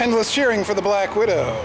was cheering for the black widow